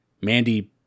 Mandy